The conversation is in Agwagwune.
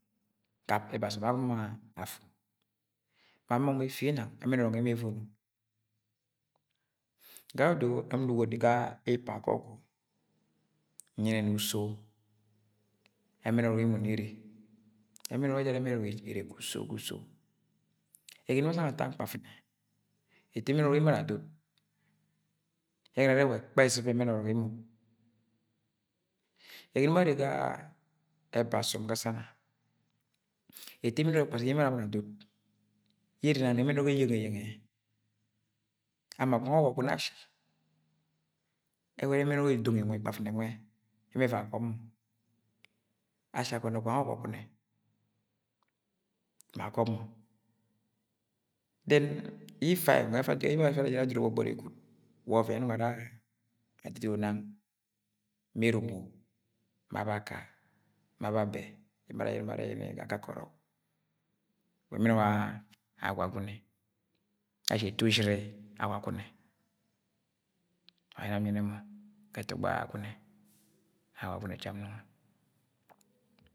. ga ẹba asọm be emo agọmọ ọrọk nwẹ ẹmẹ evono gayeodonam nnugo ni ga ipa ga ọgwu nyẹnẹ ni uso ẹmẹn ọrọk emo nẹ ere ẹmẹn ọrọk ere ga uso ga usu ẹgọnọ yẹ emo asan atang nkpaṫne eto ẹmẹn ọrọk yẹ emo adod ye ẹwẹ ẹrẹ wa ẹkpẹ ẹzṫba ẹmẹn ọrọk emo ẹgọnọ ye ẹmọ arre ga ẹba asọm ga sana eto ẹmẹn ọrọk kpasuk yẹ emo ara abọni adod ye ere nang na ẹmẹn ọrọk eyeng–eyeng. ama gwang ọgwọgunẹ ashi ẹwẹ ẹrẹ ẹmẹn ọrọk ẹdọdọngi nwẹ ikpafṫnẹ yẹ ẹmẹ ẹvọi agọb mọ ashi agọnọ gwang ọgwọgunẹ ma agọb mọ dẹn yi ifaẹ nwẹ yẹ emo afa ara adoro jẹ gbọgbọri gwad wa ọvẹn yẹ emo ara adodoro nang mẹ eromo ma baka ma babe. emo ara ayẹnẹ mọ arẹ yẹnẹ ga akake ọrọk wa emen ọrọk agwagunẹ ashi eto ushiri agwagunẹ wa nẹ nam nyẹnẹ mọ ga ẹtọgbọ agwagunẹ, agwagunẹ cham nọngọ.